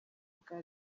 bwa